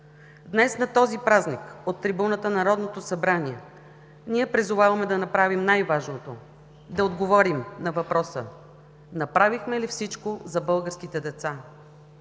Днес на този празник от трибуната на Народното събрание ние призоваваме да направим най-важното, да отговорим на въпроса: направихме ли всичко за българските деца?